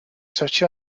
such